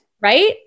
right